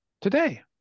today